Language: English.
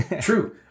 True